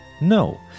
no